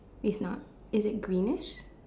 he's not is it green